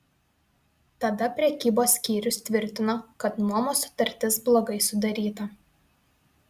tada prekybos skyrius tvirtino kad nuomos sutartis blogai sudaryta